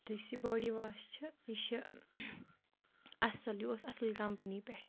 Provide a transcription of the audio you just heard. تہٕ یُس یہِ باڈی واش چھِ یہِ چھِ اَصٕل یہِ اوس اَصٕل کَمپٔنی پٮ۪ٹھ